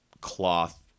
cloth